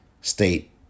state